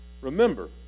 remember